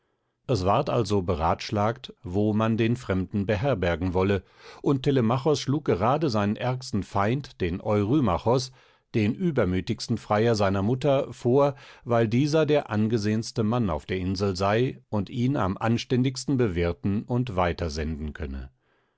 es ward also beratschlagt wo man den fremden beherbergen wolle und telemachos schlug gerade seinen ärgsten feind den eurymachos den übermütigsten freier seiner mutter vor weil dieser der angesehenste mann auf der insel sei und ihn am anständigsten bewirten und weiter senden könne